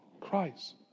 Christ